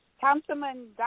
Councilman